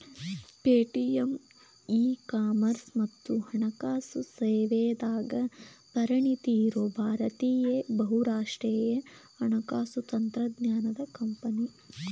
Paytm e commerce ಮತ್ತ ಹಣಕಾಸು ಸೇವೆದಾಗ ಪರಿಣತಿ ಇರೋ ಭಾರತೇಯ ಬಹುರಾಷ್ಟ್ರೇಯ ಹಣಕಾಸು ತಂತ್ರಜ್ಞಾನದ್ ಕಂಪನಿ